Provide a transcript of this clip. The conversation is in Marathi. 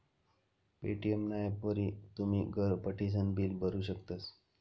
पे.टी.एम ना ॲपवरी तुमी घर बठीसन बिल भरू शकतस